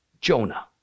Jonah